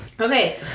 Okay